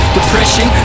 Depression